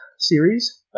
series